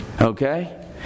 Okay